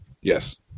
Yes